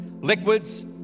Liquids